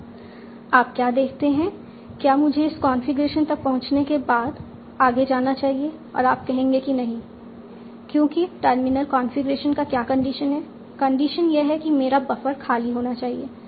अब आप क्या देखते हैं क्या मुझे इस कॉन्फ़िगरेशन तक पहुंचने के बाद आगे जाना चाहिए और आप कहेंगे कि नहीं क्योंकि टर्मिनल कॉन्फ़िगरेशन का क्या कंडीशन है कंडीशन यह है कि मेरा बफर खाली होना चाहिए